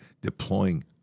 deploying